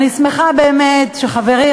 אני שמחה באמת שחברי,